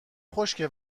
خشکه